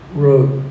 wrote